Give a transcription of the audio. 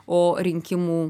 o rinkimų